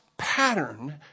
pattern